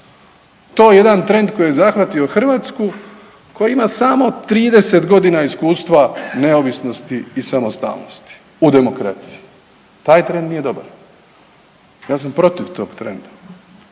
To je jedan trend koji je zahvatio Hrvatsku koja ima samo 30 godina iskustva neovisnosti i samostalnosti u demokraciji. Taj trend nije dobar. Ja sam protiv tog trenda.